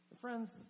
Friends